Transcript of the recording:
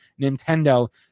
nintendo